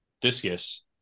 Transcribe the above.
discus